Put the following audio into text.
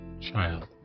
Child